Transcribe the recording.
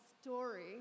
story